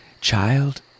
child